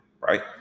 right